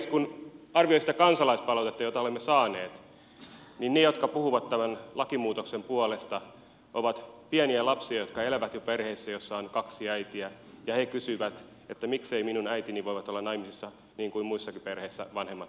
kun arvioin sitä kansalaispalautetta jota olemme saaneet niin ne jotka puhuvat tämän lakimuutoksen puolesta ovat pieniä lapsia jotka elävät jo perheissä joissa on kaksi äitiä ja he kysyvät että mikseivät minun äitini voi olla naimisissa niin kuin muissakin perheissä vanhemmat voivat olla